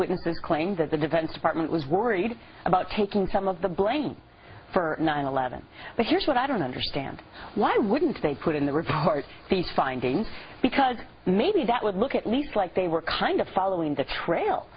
wouldn't claim that the defense department was worried about taking some of the blame for nine eleven but here's what i don't understand why wouldn't think put in the report the findings because maybe that would look at least like they were kind of following the trail